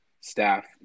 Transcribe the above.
staff